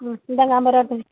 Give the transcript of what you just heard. ம் இந்தாங்க ஐம்பருவா எடுத்துக்ங்க